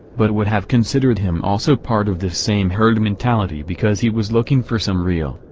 but would have considered him also part of this same herd mentality because he was looking for some real,